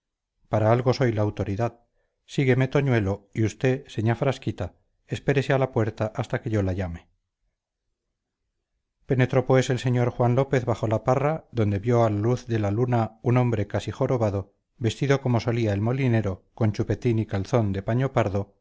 para algo soy la autoridad sígueme toñuelo y usted señá frasquita espérese a la puerta hasta que yo la llame penetró pues el señor juan lópez bajo la parra donde vio a la luz de la luna un hombre casi jorobado vestido como solía el molinero con chupetín y calzón de paño pardo